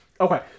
Okay